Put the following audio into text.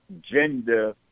gender